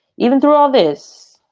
even through all this.